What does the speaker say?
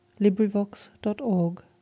LibriVox.org